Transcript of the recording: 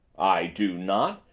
i do not,